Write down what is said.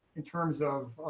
in terms of.